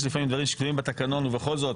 יש לפעמים דברים שקבועים בתקנון ובכל זאת